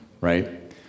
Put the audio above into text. right